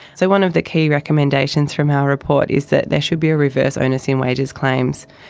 so one of the key recommendations from our report is that there should be a reverse onus in wages claims.